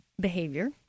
behavior